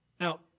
Now